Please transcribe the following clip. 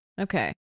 Okay